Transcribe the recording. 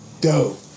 Dope